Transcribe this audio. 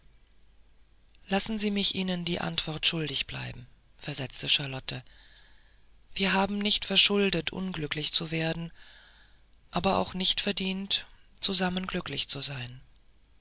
lassen sie mich ihnen die antwort schuldig bleiben versetzte charlotte wir haben nicht verschuldet unglücklich zu werden aber auch nicht verdient zusammen glücklich zu sein